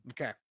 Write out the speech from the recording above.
Okay